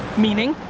meaning?